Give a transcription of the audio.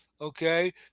okay